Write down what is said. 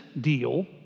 deal